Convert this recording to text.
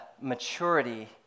maturity